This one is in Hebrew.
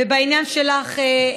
ובעניין שלך,